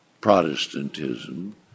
Protestantism